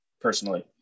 personally